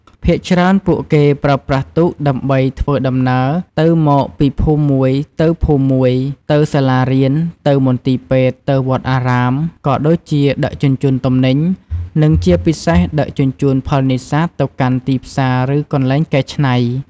ភាគច្រើនពួកគេប្រើប្រាស់ទូកដើម្បីធ្វើដំណើរទៅមកពីភូមិមួយទៅភូមិមួយ ទៅសាលារៀន ទៅមន្ទីរពេទ្យ ទៅវត្តអារាម ក៏ដូចជាដឹកជញ្ជូនទំនិញ និងជាពិសេសដឹកជញ្ជូនផលនេសាទទៅកាន់ទីផ្សារ ឬកន្លែងកែច្នៃ។